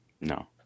No